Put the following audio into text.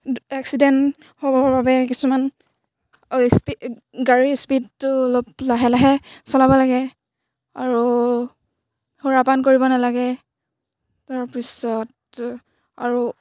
accident হ'বৰ বাবে কিছুমান ইস্পী গাড়ীৰ স্পীডটো অলপ লাহে লাহে চলাব লাগে আৰু সুৰাপান কৰিব নালাগে তাৰপিছত আৰু